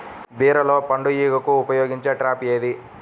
బీరలో పండు ఈగకు ఉపయోగించే ట్రాప్ ఏది?